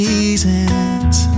Seasons